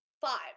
five